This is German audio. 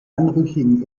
anrüchigen